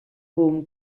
home